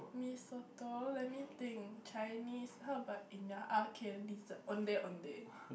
Mee-Soto let me think Chinese how about in the ah k ondeh-ondeh